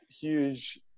huge